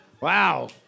Wow